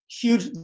huge